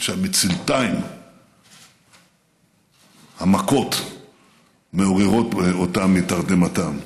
עד שהמצלתיים המכות מעוררות אותם מתרדמתם.